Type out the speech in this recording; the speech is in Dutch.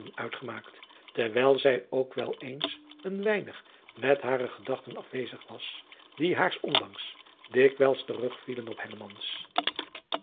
uitgemaakt terwijl zij ook wel eens een weinig met hare gedachten afwezig was die haars ondanks dikwijls terugvielen op